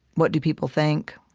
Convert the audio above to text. what do people think,